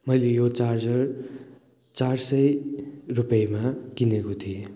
मैले यो चार्जर चार सय रुपियाँमा किनेको थिएँ